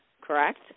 correct